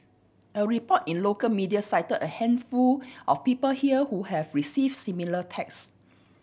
a report in local media cite a handful of people here who have receive similar text